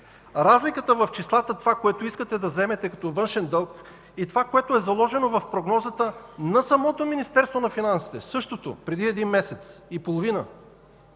Разликата в числата – това, което искате да вземете като външен дълг и това, което е заложено в прогнозата на самото Министерство на финансите преди един месец и половина